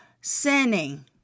sinning